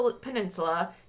Peninsula